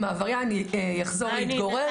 אם העבריין יחזור להתגורר,